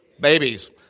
babies